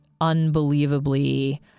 unbelievably